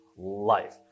life